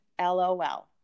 LOL